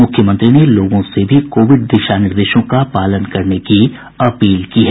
मुख्यमंत्री ने लोगों से भी कोविड दिशा निर्देशों का पालन करने की अपील की है